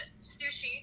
sushi